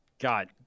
god